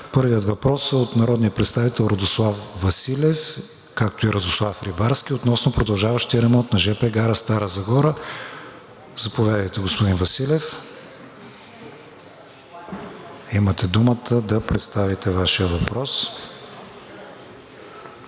Първият въпрос е от народния представител Радослав Василев, както и Радослав Рибарски относно продължаващия ремонт на жп гара Стара Загора. Заповядайте, господин Василев, имате думата да представите Вашия въпрос. РАДОСЛАВ